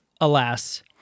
alas